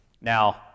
Now